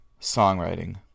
songwriting